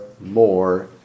more